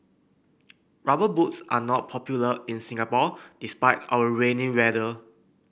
rubber boots are not popular in Singapore despite our rainy weather